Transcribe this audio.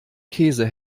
käse